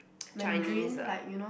Chinese ah